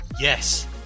Yes